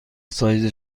سایز